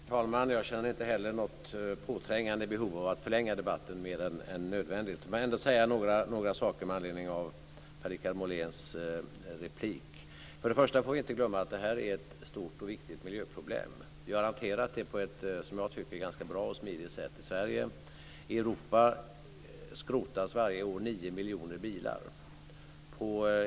Herr talman! Jag känner inte heller något påträngande behov av att förlänga debatten mer än nödvändigt. Men jag vill ändå säga några saker med anledning av Per-Richard Moléns inlägg. För det första får vi inte glömma att det här är ett stort och viktigt miljöproblem. Vi har hanterat det på ett, som jag tycker, ganska bra och smidigt sätt i Sverige. I Europa skrotas varje år 9 miljoner bilar.